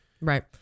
Right